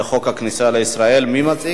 ואחר כך, בבקשה, חבר הכנסת מולה, סגן